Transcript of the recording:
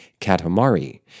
katamari